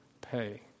pay